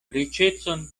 riĉecon